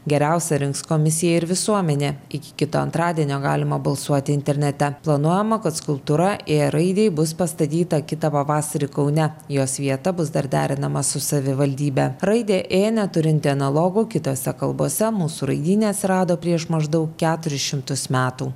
geriausią rinks komisija ir visuomenė iki kito antradienio galima balsuoti internete planuojama kad skulptūra ė raidei bus pastatyta kitą pavasarį kaune jos vieta bus dar derinama su savivaldybe raidė ė neturinti analogų kitose kalbose mūsų raidyne atsirado prieš maždaug keturis šimtus metų